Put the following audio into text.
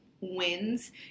wins